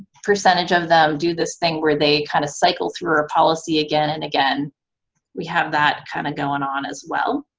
percentage of them do this thing where they kind of cycle through our policy again and again and we have that kind of going on as well.